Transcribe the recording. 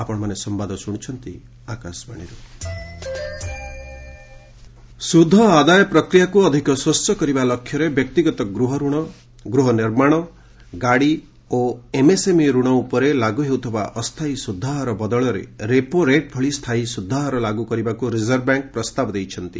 RBI interest rates ସୁଧ ଆଦାୟ ପ୍ରକ୍ରିୟାକୁ ଅଧିକ ସ୍ୱଚ୍ଛ କରିବା ଲକ୍ଷ୍ୟରେ ବ୍ୟକ୍ତିଗତ ଗୃହ ନିର୍ମାଣ ଗାଡ଼ି ଓ ଏମ୍ଏସ୍ଏମ୍ଇ ଋଣ ଉପରେ ଲାଗୁ ହେଉଥିବା ଅସ୍ଥାୟୀ ସୁଧ ହାର ବଦଳରେ ରେପୋ ରେଟ୍ ଭଳି ସ୍ଥାୟୀ ସୁଧ ହାର ଲାଗୁ କରିବାକୁ ରିଜର୍ଭ ବ୍ୟାଙ୍କ୍ ପ୍ରସ୍ତାବ ଦେଇଛି